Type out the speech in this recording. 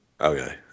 Okay